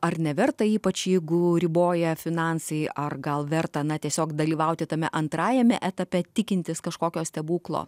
ar neverta ypač jeigu riboja finansai ar gal verta na tiesiog dalyvauti tame antrajame etape tikintis kažkokio stebuklo